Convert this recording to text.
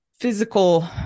physical